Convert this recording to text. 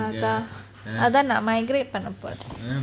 அதான் நான்:athaan naan migrate பண்ண போறேன்:panna poren